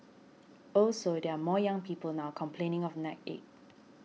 also there are more young people now complaining of neck ache